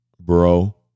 bro